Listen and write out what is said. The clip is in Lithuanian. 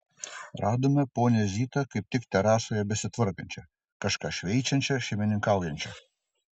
radome ponią zitą kaip tik terasoje besitvarkančią kažką šveičiančią šeimininkaujančią